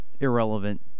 Irrelevant